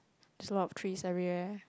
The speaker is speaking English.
there's a lot of trees everywhere